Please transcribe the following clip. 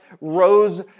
rose